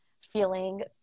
feeling